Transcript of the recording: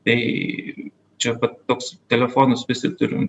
tai čia vat toks telefonus visi turim